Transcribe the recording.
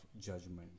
judgment